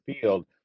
Field